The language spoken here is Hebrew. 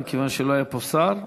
כיוון שלא היה פה שר,